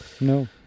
No